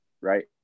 right